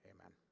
Amen